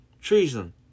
Treason